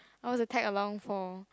I want to tag along for